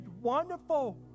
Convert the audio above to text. wonderful